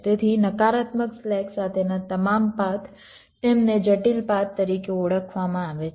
તેથી નકારાત્મક સ્લેક સાથેના તમામ પાથ તેમને જટિલ પાથ તરીકે ઓળખવામાં આવે છે